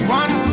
one